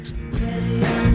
next